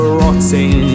rotting